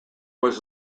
was